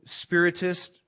spiritist